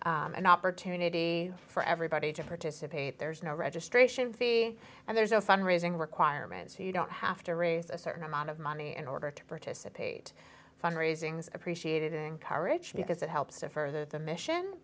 is an opportunity for everybody to participate there's no registration fee and there's no fund raising requirement so you don't have to raise a certain amount of money in order to participate fund raising is appreciated encouraged because it helps to further the mission